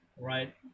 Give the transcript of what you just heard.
right